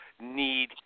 need